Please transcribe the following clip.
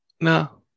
No